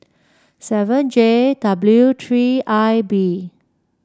seven J W three I B